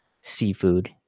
seafood